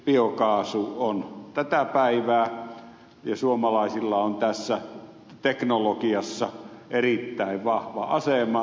biokaasu on tätä päivää ja suomalaisilla on tässä teknologiassa erittäin vahva asema